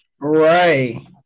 Right